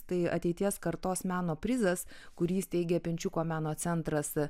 tai ateities kartos meno prizas kurį įsteigė pinčiuko meno centras